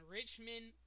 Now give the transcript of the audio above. Richmond